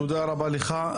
תודה רבה לך.